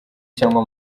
cyangwa